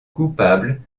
coupables